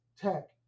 tech